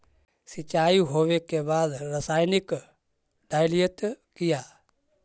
सीचाई हो बे के बाद रसायनिक डालयत किया?